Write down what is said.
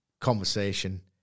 conversation